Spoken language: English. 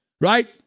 right